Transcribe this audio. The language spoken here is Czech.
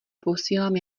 posílám